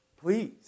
Please